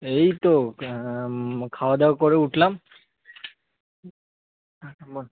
এই তো খাওয়া দাওয়া করে উঠলাম হ্যাঁ বল